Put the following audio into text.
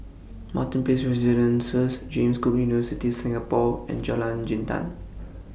Martin Place Residences James Cook University Singapore and Jalan Jintan